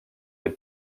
les